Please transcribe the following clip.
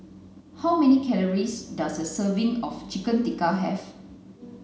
how many calories does a serving of Chicken Tikka have